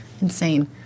insane